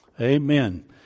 Amen